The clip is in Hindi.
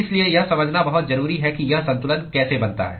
इसलिए यह समझना बहुत जरूरी है कि यह संतुलन कैसे बनता है